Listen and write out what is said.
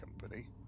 Company